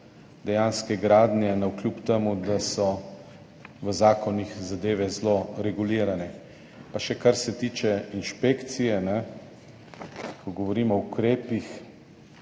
dejanske gradnje, navkljub temu, da so v zakonih zadeve zelo regulirane. Pa še kar se tiče inšpekcije, ko govorimo o ukrepih.